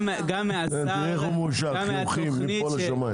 אני מבסוט מאוד גם מהשר -- תראי איך הוא מאושר חיוכים מפה לשמיים.